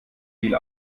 viel